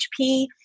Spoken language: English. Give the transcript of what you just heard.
HP